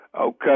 Okay